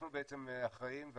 אנחנו אחראים,